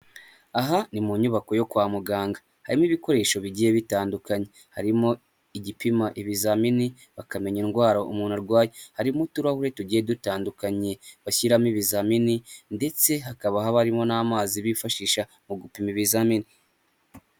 Aha ni mu nyubako yo kwa muganga, harimo ibikoresho bigiye bitandukanye, harimo igipima ibizamini bakamenya indwara umuntu arwaye, harimo uturahure tugiye dutandukanye bashyiramo ibizamini ndetse hakaba harimo n'amazi bifashisha mu gupima ibizamini.